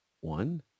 one